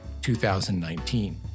2019